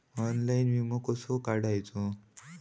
Online विमो कसो काढायचो?